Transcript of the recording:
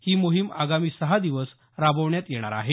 ही मोहिम आगामी सहा दिवस राबवण्यात येणार आहे